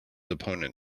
opponent